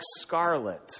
scarlet